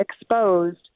exposed